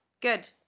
Good